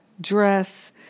dress